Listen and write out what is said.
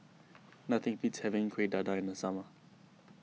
nothing beats having Kueh Dadar in the summer